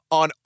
on